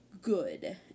good